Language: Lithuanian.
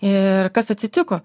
ir kas atsitiko